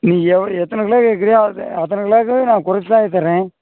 நீ எவ்வளோ எத்தனை கிலோ கேட்கிறயோ அத் அத்தனை கிலோவுக்கும் நான் குறைச்சுதாய்யா தர்றேன்